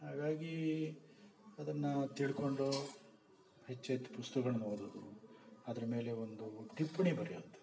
ಹಾಗಾಗಿ ಅದನ್ನ ತಿಳ್ಕೊಂಡು ಹೆಚ್ಚು ಹೆಚ್ಚು ಪುಸ್ತಕಗಳ್ನ್ ಓದೋದು ಅದರ ಮೇಲೆ ಒಂದು ಟಿಪ್ಪಣಿ ಬರಿಯೋದು